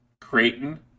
Creighton